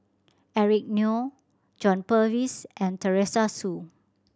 Eric Neo John Purvis and Teresa Hsu